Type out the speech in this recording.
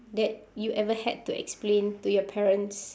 that you ever had to explain to your parents